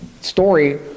story